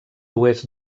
oest